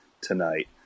tonight